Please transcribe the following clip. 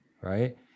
right